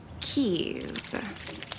Keys